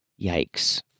Yikes